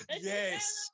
Yes